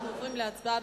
אנחנו עוברים להצבעה.